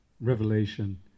revelation